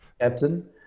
captain